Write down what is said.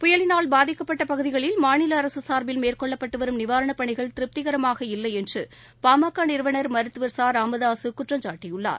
புயலினால் பாதிக்கப்பட்டபகுதிகளில் மாநிலஅரசுசார்பில் மேற்கொள்ளப்பட்டுவரும் நிவாரணப் பணிகள் திருப்திகரமாக இல்லைஎன்றுபாமகநிறுவனர் மருத்துவர் ச ராமதாசுகுற்றம் சாட்டியுள்ளார்